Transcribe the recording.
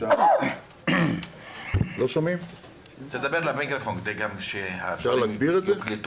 בשעה 16:38. היא הייתה אישיות יוצאת